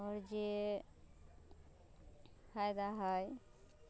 आओर जे फायदा है